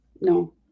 No